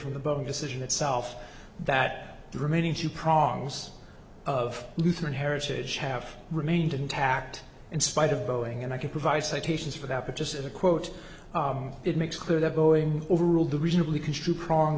from the above decision itself that the remaining two prongs of lutheran heritage have remained intact in spite of boeing and i can provide citations for that but just as a quote it makes clear that boeing overruled the reasonably construe prong